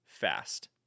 Fast